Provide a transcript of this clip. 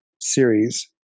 series